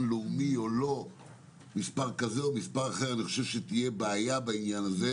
לאומי אז אני חושב שזה יכול ליצור בעייתיות.